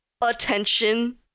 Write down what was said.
attention